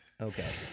Okay